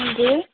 हजुर